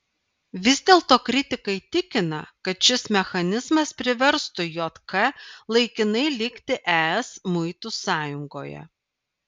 vis dėlto kritikai tikina kad šis mechanizmas priverstų jk laikinai likti es muitų sąjungoje